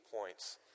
points